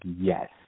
yes